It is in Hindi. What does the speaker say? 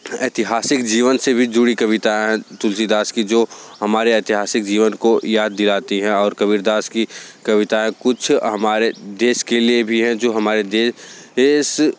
ऐतिहासिक जीवन से भी जुड़ी कविता हैं तुलसीदास की जो हमारे ऐतिहासिक जीवन को याद दिलाती हैं और कबीर दास की कविताएँ कुछ हमारे देश के लिए भी हैं जो हमारे दे एश